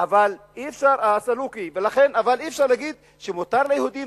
אבל אי-אפשר להגיד שמותר ליהודים,